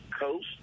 Coast